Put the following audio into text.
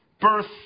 birth